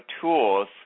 tools